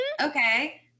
Okay